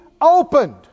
opened